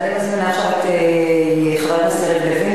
אני מזמינה עכשיו את חבר הכנסת יריב לוין,